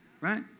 Right